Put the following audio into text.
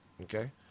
Okay